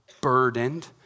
burdened